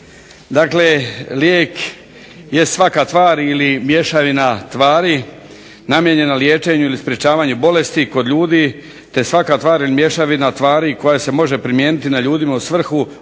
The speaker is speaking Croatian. Dakle, lijek je svaka tvar ili mješavina tvari namijenjena liječenju ili sprečavanju bolesti kod ljudi te svaka tvar ili mješavina tvari koja se može primijeniti na ljudima u svrhu obnavljanja,